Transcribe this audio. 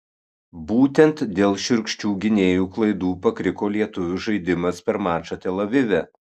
būtent dėl šiurkščių gynėjų klaidų pakriko lietuvių žaidimas per mačą tel avive